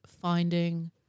finding